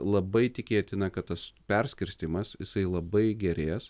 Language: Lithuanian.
labai tikėtina kad tas perskirstymas jisai labai gerės